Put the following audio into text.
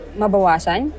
mabawasan